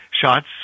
shots